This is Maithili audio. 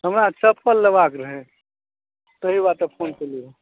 हमरा चप्पल लेबाक रहय ताहि वास्ते फ़ोन केलियै